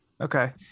Okay